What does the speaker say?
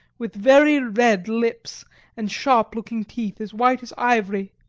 with very red lips and sharp-looking teeth, as white as ivory.